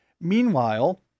Meanwhile